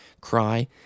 cry